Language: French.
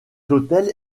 hôtel